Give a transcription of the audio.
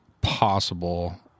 possible